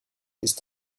ist